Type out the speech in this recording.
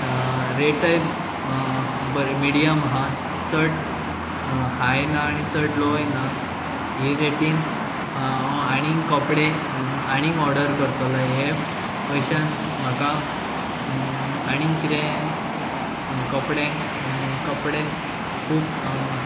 रेटय बरी मिडयम आहा चड हाय ना आनी चड लोय ना ही रेटीन हांव आनीक कपडे आनीक ऑर्डर करतलो हे पयश्यान म्हाका आनीक कितें कपड्यांक कपडे खूब